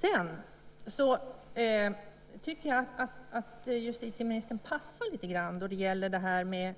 Jag tycker att justitieministern passar lite grann då det gäller